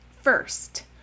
First